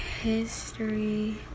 history